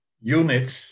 units